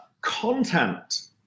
content